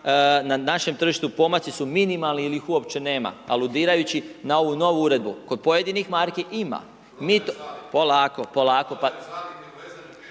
na našem tržištu pomaci su minimalni ili ih uopće nema, aludirajući na ovu novu uredbu. Kod pojedinih marki ima. …/Upadica